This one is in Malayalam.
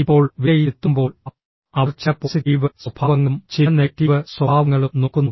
ഇപ്പോൾ വിലയിരുത്തുമ്പോൾ അവർ ചില പോസിറ്റീവ് സ്വഭാവങ്ങളും ചില നെഗറ്റീവ് സ്വഭാവങ്ങളും നോക്കുന്നു